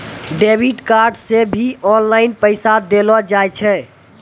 debit card से भी online पैसा देलो जाय छै